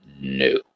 No